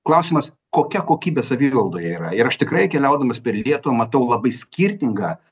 klausimas kokia kokybė savivaldoje yra ir aš tikrai keliaudamas per lietuvą matau labai skirtingą